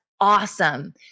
awesome